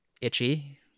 itchy